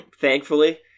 thankfully